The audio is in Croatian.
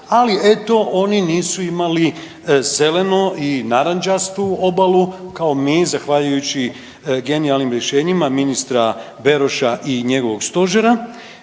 ali eto oni nisu imali zelenu i narančastu obalu kao mi zahvaljujući genijalnim rješenjima ministra Beroša i njegovog stožera.